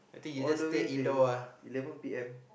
all the way till eleven P_M